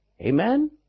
Amen